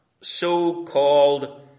so-called